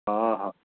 हा हा